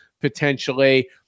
potentially